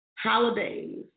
Holidays